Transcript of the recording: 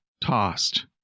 tossed